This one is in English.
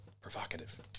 Provocative